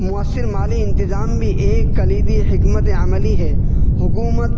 مؤثر مالی انتظام بھی ایک کلیدی حکمت عملی ہے حکومت